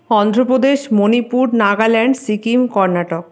Andhra Pradesh Manipur Nagaland Sikkim Karnataka